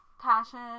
passion